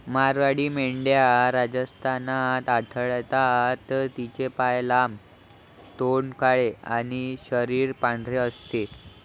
मारवाडी मेंढ्या राजस्थानात आढळतात, तिचे पाय लांब, तोंड काळे आणि शरीर पांढरे असते